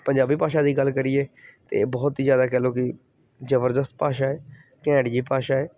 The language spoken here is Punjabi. ਪੰਜਾਬੀ ਭਾਸ਼ਾ ਦੀ ਗੱਲ ਕਰੀਏ ਤਾਂ ਬਹੁਤ ਹੀ ਜ਼ਿਆਦਾ ਕਹਿ ਲਓ ਕਿ ਜ਼ਬਰਦਸਤ ਭਾਸ਼ਾ ਹੈ ਘੈਂਟ ਜਿਹੀ ਭਾਸ਼ਾ ਹੈ